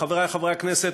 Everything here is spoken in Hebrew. חברי חברי הכנסת,